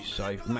safe